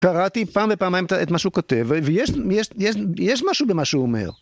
קראתי פעם ופעמיים את מה שהוא כותב, ויש משהו במה שהוא אומר.